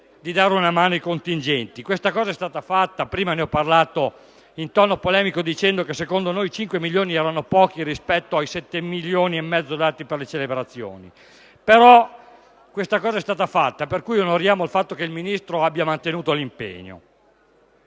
di dare una mano ai contingenti; questo è stato fatto. Prima ne ho parlato in tono polemico dicendo che secondo noi 5 milioni erano pochi rispetto ai 7 milioni e mezzo per le celebrazioni; però, è stato fatto questo e pertanto onoriamo il fatto che il Ministro abbia mantenuto l'impegno.